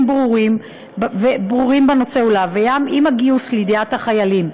ברורים בנושא ולהביאם עם הגיוס לידיעת החיילים.